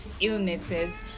illnesses